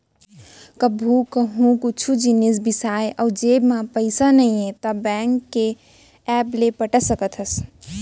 कभू कहूँ कुछु जिनिस बिसाए अउ जेब म पइसा नइये त बेंक के ऐप ले पटा सकत हस